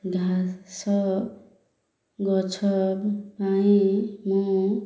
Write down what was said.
ଘାସ ଗଛ ପାଇଁ ମୁଁ